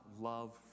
love